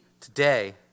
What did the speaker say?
today